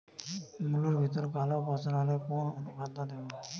মুলোর ভেতরে কালো পচন হলে কোন অনুখাদ্য দেবো?